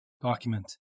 document